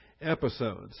episodes